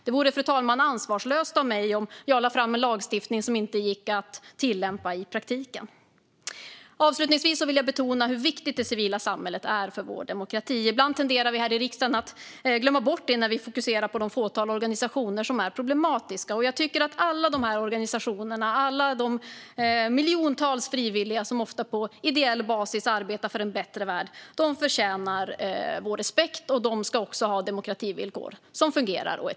Det vore ansvarslöst av mig att lägga fram en lagstiftning som inte gick att tillämpa i praktiken. Avslutningsvis vill jag betona hur viktigt det civila samhället är för vår demokrati. Ibland tenderar vi i riksdagen att glömma det när vi fokuserar på de fåtal organisationer som är problematiska. Jag tycker att alla dessa organisationer med miljontals frivilliga som ofta arbetar på ideell basis för en bättre värld förtjänar vår respekt och ska ha tydliga demokrativillkor som fungerar.